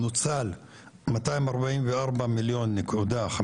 נוצל 244.15 מיליון.